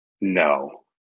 No